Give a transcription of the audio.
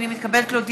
הינני מתכבדת להודיעכם,